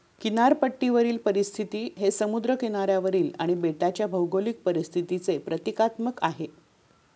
किनारपट्टीवरील पारिस्थितिकी हे समुद्र किनाऱ्यावरील आणि बेटांच्या भौगोलिक परिस्थितीचे प्रतीकात्मक आहे